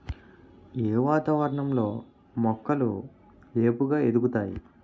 ఏ వాతావరణం లో మొక్కలు ఏపుగ ఎదుగుతాయి?